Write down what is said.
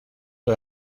her